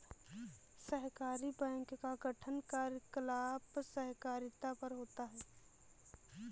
सहकारी बैंक का गठन कार्यकलाप सहकारिता पर होता है